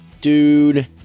dude